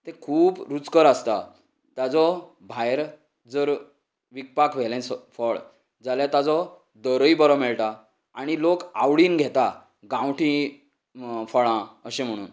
ते खूब रुचकर आसता ताचो भायर जर विकपाक व्हेलें फळ जाल्यार ताचो दरय बरो मेळटा आनी लोक आवडीन घेतात गांवठी फळां अशें म्हणून